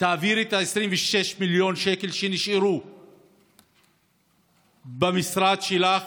תעבירי את 26 מיליון השקלים שנשארו במשרד שלך